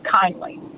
kindly